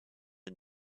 and